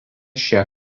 šie